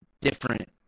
different